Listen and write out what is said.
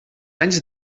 anys